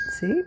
See